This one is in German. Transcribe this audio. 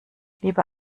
lieber